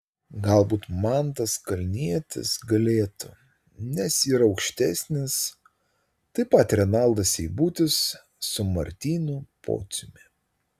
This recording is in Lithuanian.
galbūt mantas kalnietis galėtų nes yra aukštesnis taip pat renaldas seibutis su martynu pociumi